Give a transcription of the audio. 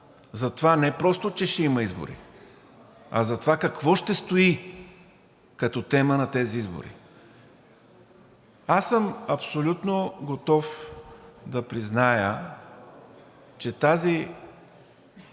за това не просто, че ще има избори, а за това какво ще стои като тема на тези избори. Аз съм абсолютно готов да призная, че този